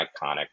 iconic